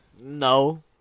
No